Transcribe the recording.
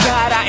God